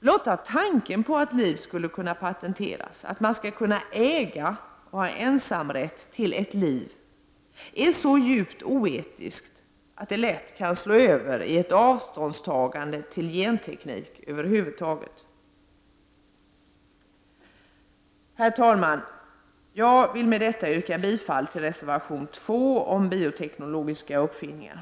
Blotta tanken att liv skulle kunna patenteras, att man skall kunna äga och ha ensamrätt till ett liv, är något så djupt oetiskt att det lätt kan slå över i ett avståndstagande till genteknik över huvud taget. Herr talman! Jag vill med detta yrka bifall till reservation 2 om bioteknologiska uppfinningar.